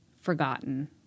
forgotten